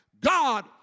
God